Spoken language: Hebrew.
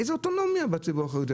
איזו אוטונומיה בציבור החרדי?